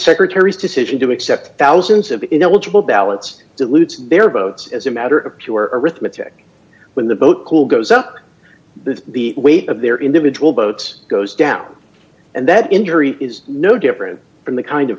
secretary's decision to accept thousands of inevitable ballots dilutes their votes as a matter of pure arithmetic when the vote pool goes up or the the weight of their individual votes goes down and that injury is no different from the kind of